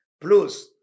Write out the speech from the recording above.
plus